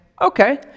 Okay